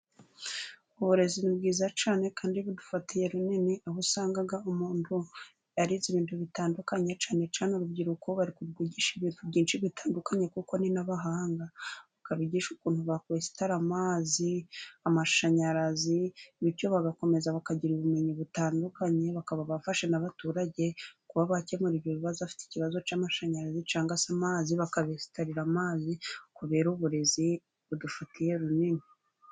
Uburezi ni bwiza cyane kandi budufatiye runini aho usanga umuntu yarize ibintu bitandukanye, cyane cyane urubyiruko bari kurwigisha ibintu byinshi bitandukanye kuko ni n'abahanga. Ukabigisha ukuntu bakwesitara amazi, amashanyarazi, bityo bagakomeza bakagira ubumenyi butandukanye bakaba bafasha n'abaturage kuba bakemura ibyo bibazo, bafite ikibazo cy'amashanyarazi cyangwa se amazi bakabesitarira amazi, kubera uburezi budufitiye runini.